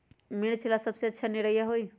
मिर्च ला अच्छा निरैया होई?